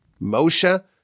Moshe